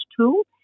tool